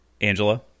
Angela